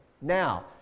Now